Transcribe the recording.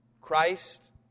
Christ